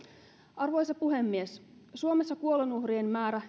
arvoisa puhemies suomessa kuolonuhrien määrä